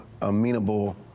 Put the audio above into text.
amenable